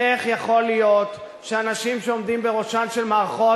איך יכול להיות שאנשים שעומדים בראשן של מערכות